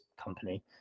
company